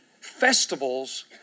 festivals